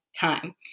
time